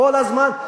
כל הזמן,